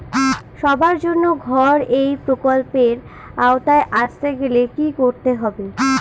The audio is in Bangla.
সবার জন্য ঘর এই প্রকল্পের আওতায় আসতে গেলে কি করতে হবে?